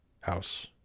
house